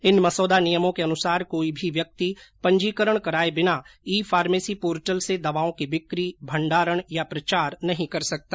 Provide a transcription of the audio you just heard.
इन मसौदा नियमों के अनुसार कोई भी व्यक्ति पंजीकरण कराए बिना ई फार्मेसी पोर्टल से दवाओं की बिक्री भंडारण या प्रचार नहीं कर सकता